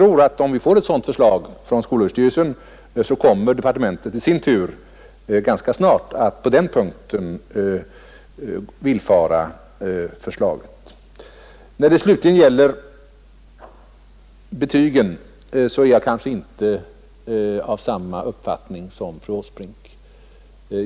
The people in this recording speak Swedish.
Och om vi får ett förslag från skolöverstyrelsen så tror jag, som sagt, att departementet ganska snart kommer att på den punkten villfara önskemålen. Vad slutligen beträffar betygen är jag kanske inte av samma uppfattning som fru Åsbrink.